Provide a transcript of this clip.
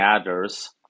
others